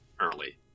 early